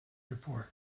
report